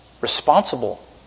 responsible